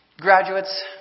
Graduates